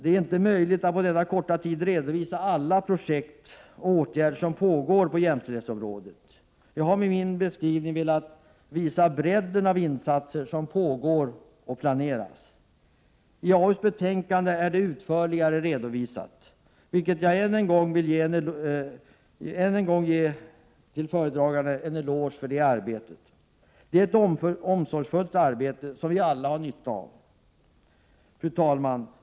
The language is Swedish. Det är inte möjligt att på denna korta tid redovisa alla projekt och åtgärder som pågår på jämställdhetsområdet. Jag har med min beskrivning bara velat visa bredden av insatser som pågår och som planeras. I utskottets betänkande är det utförligare redovisat, vilket jag än en gång vill ge föredraganden en eloge för. Det är ett omsorgsfullt arbete som vi alla har nytta av. Fru talman!